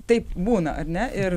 taip būna ar ne ir